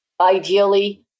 ideally